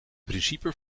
principe